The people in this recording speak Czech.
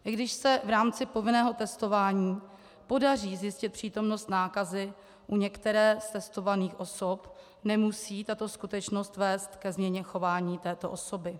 I když se v rámci povinného testování podaří zjistit přítomnost nákazy u některé z testovaných osob, nemusí tato skutečnost vést ke změně chování této osoby.